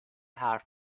حرف